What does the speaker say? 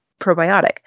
probiotic